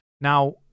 Now